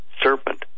serpent